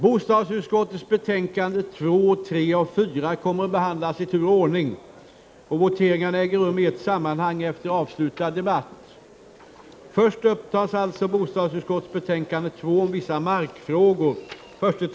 Bostadsutskottets betänkanden 2, 3 och 4 kommer att behandlas i tur och ordning. Voteringarna äger rum i ett sammanhang efter avslutad debatt.